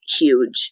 huge